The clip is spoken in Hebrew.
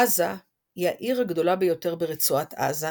עזה היא העיר הגדולה ביותר ברצועת עזה,